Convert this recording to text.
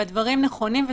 ודאי.